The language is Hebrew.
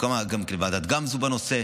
הוקמה גם ועדת גמזו בנושא,